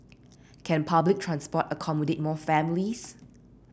can public transport accommodate more families